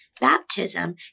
Baptism